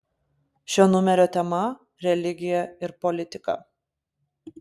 šio numerio tema religija ir politika